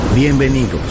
Bienvenidos